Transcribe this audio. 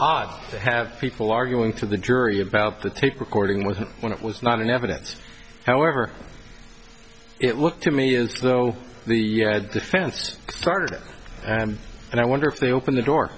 to have people arguing to the jury about the tape recording was when it was not in evidence however it looked to me until the defense started it and i wonder if they open the door